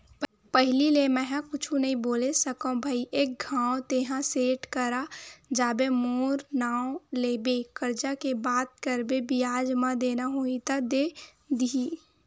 पहिली ले मेंहा कुछु नइ बोले सकव भई एक घांव तेंहा सेठ करा जाबे मोर नांव लेबे करजा के बात करबे बियाज म देना होही त दे दिही